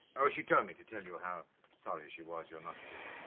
ah she told me to tell you how sorry she was you're not free.